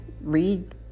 read